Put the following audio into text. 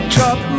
Drop